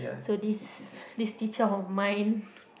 so this this teacher of mine